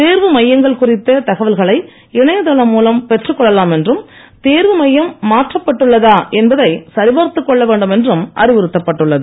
தேர்வு மையங்கள் குறித்த தகவல்களை இணையதளம் மூலம் பெற்றுக் கொள்ளலாம் என்றும் தேர்வு மையம் மாற்றப்பட்டுள்ளதாக என்பதை சரி பார்த்துக் கொள்ள வேண்டும் என்றும் அறிவுறுத்தப்பட்டுள்ளது